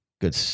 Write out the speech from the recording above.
good